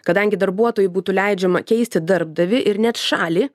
kadangi darbuotojui būtų leidžiama keisti darbdavį ir net šalį